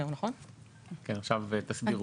תסבירו,